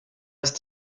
ist